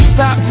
Stop